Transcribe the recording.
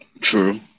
True